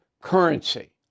currency